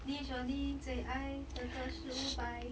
你说你最爱的歌是舞摆